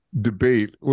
debate